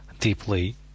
deeply